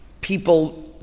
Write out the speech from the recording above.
people